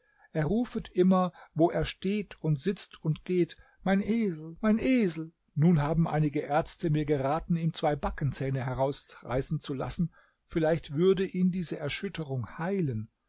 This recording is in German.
er rufet immer wo er steht und sitzt und geht mein esel mein esel nun haben einige ärzte mir geraten ihm zwei backenzähne herausreißen zu lassen vielleicht würde ihn diese erschütterung heilen